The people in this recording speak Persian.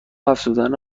افزودن